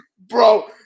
Bro